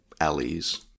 alleys